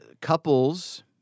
couples